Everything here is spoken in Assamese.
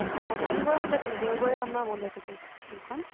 অ' শনিবাৰে খোলা থাকে দেওবাৰে আমাৰ বন্ধ থাকে দোকান